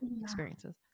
experiences